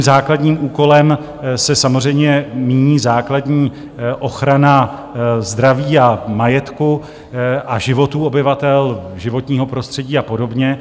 Základním úkolem se samozřejmě míní základní ochrana zdraví a majetku a životů obyvatel, životního prostředí a podobně.